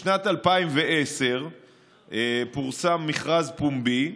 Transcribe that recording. בשנת 2010 פורסם מכרז פומבי,